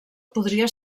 podria